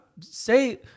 say